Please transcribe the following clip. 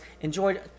enjoyed